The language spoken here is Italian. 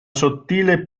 sottile